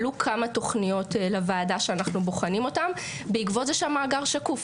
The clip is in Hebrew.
עלו כמה תוכניות לוועדה שאנחנו בוחנים אותן בעקבות זה שהמאגר שקוף.